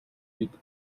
бид